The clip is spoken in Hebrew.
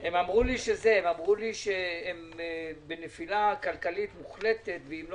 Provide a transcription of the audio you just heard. --- אמרו לי שהם בנפילה כלכלית מוחלטת ואם לא